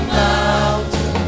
mountain